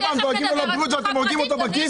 כל פעם אתם דואגים לבריאות והורגים אותם בכיס.